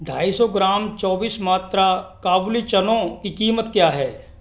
ढ़ाई सौ ग्राम चौबीस मात्रा काबुली चनों की कीमत क्या है